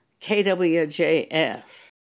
KWJS